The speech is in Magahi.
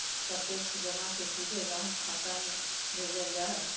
प्रत्यक्ष जमा के सीधे ग्राहक के खाता में भेजल जा हइ